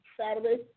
Saturday